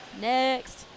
Next